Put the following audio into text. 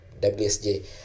WSJ